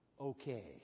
okay